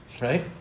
right